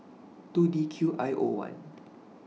two D Q I O one